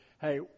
hey